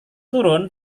turun